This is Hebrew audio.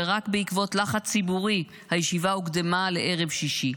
ורק בעקבות לחץ ציבורי הישיבה הוקדמה לערב שישי.